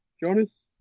Jonas